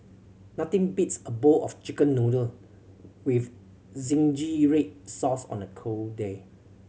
nothing beats a bowl of Chicken Noodle with zingy red sauce on a cold day